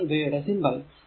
ഇതാണ് ഇവയുടെ സിംബൽ